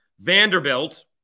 Vanderbilt